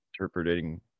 interpreting